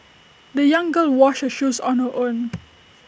the young girl washed her shoes on her own